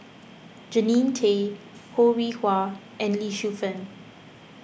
Jannie Tay Ho Rih Hwa and Lee Shu Fen